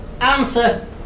answer